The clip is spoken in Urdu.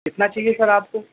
کتنا چاہیے سر آپ کو